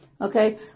okay